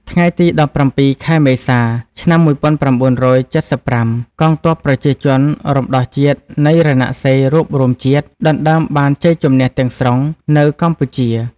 ថ្ងៃទី១៧ ខែមេសា ឆ្នាំ១៩៧៥ កងទ័ពប្រជាជនរំដោះជាតិនៃរណសិរ្សរួបរួមជាតិ ដណ្តើមបានជ័យទាំងស្រុងនៅកម្ពុជា។